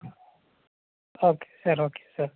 okay sir okay sir